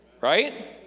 right